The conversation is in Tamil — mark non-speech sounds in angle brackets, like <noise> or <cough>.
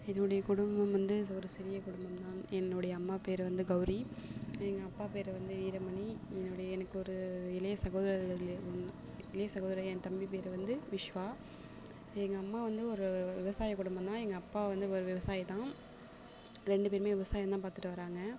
என்னோடைய குடும்பம் வந்து ஒரு சிறிய குடும்பம் தான் என்னோடைய அம்மா பெயரு வந்து கௌரி எங்கள் அப்பா பெயர் வந்து வீரமணி என்னோடைய எனக்கு ஒரு இளைய சகோதரர்கள் <unintelligible> இளைய சகோதரர் என் தம்பி பெயரு வந்து விஷ்வா எங்கள் அம்மா வந்து ஒரு விவசாய குடும்பம் தான் எங்கள் அப்பா வந்து ஒரு விவசாயி தான் ரெண்டு பேரும் விவசாயம் தான் பார்த்துட்டு வராங்க